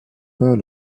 pas